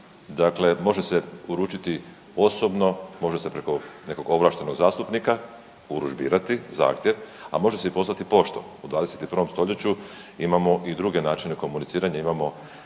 dakle može se uručiti osobno, može se preko nekog ovlaštenog zastupnika urudžbirati zahtjev, a može se i poslati poštom, u 21. stoljeću imamo i druge načine komuniciranja, imamo